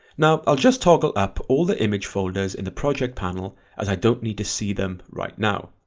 now i'll just toggle up all the image folders in the project panel as i don't need to see them right now.